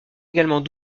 également